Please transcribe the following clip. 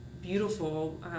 beautiful